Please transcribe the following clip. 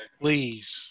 Please